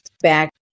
back